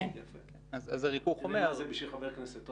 זה בשביל חברי הכנסת.